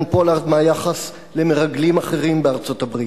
פולארד מהיחס למרגלים אחרים בארצות-הברית.